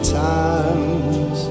times